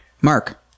Mark